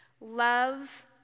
love